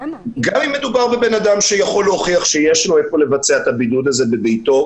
גם אם מדובר בבן אדם שיכול להוכיח שהוא יכול לבצע את הבידוד הזה בביתו.